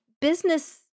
business